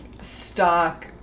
stock